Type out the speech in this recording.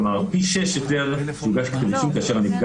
כלומר פי 6 יותר יוגש כתב אישום כאשר הנפגע